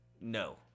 no